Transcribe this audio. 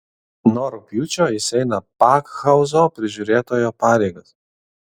nuo rugpjūčio jis eina pakhauzo prižiūrėtojo pareigas